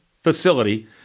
facility